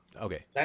Okay